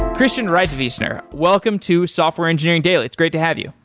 christian reitwiessner, welcome to software engineering daily. it's great to have you.